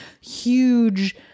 huge